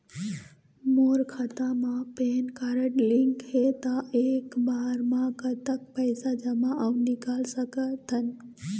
मोर खाता मा pan card link हे ता एक बार मा कतक पैसा जमा अऊ निकाल सकथन?